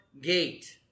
gate